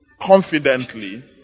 confidently